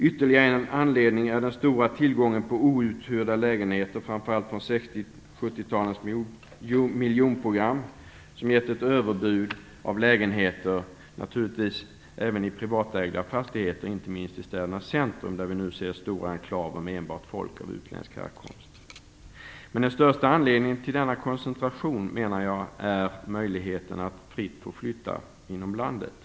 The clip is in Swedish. Ytterligare en anledning är den stora tillgången på outhyrda lägenheter, framför allt från 60 och 70 talens miljonprogram, som har gett ett överutbud av lägenheter. Dessa lägenheter finns naturligtvis också i privatägda fastigheter, inte minst i städernas centrum, där vi nu ser stora enklaver med enbart folk av utländsk härkomst. Den största anledningen till denna koncentration är, menar jag, möjligheten att fritt flytta inom landet.